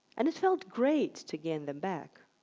and it felt great to gain them back.